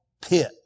pit